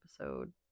episode